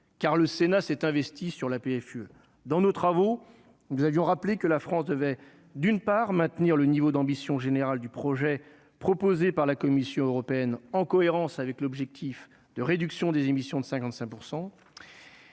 car le Sénat s'est investi sur la PFUE dans nos travaux, nous avions rappelé que la France devait d'une part, maintenir le niveau d'ambition générale du projet proposé par la Commission européenne en cohérence avec l'objectif de réduction des émissions de 55